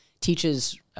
teaches